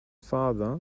father